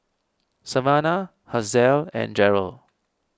Savanna Hazelle and Jerrell